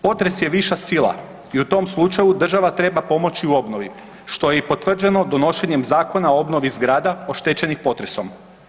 Potres je viša sila i u tom slučaju država treba pomoći u obnovi što je i potvrđenom donošenjem Zakona o obnovi zgrada oštećenih potresom.